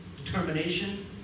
determination